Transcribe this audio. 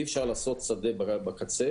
אי אפשר לעשות שדה בקצה.